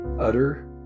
utter